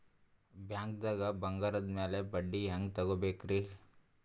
ಬ್ಯಾಂಕ್ದಾಗ ಬಂಗಾರದ್ ಮ್ಯಾಲ್ ಬಡ್ಡಿ ಹೆಂಗ್ ತಗೋಬೇಕ್ರಿ?